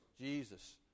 Jesus